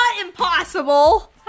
impossible